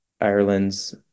Ireland's